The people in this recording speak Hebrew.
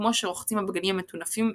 כמו שרוחצים הבגדים המטונפים מטינופם.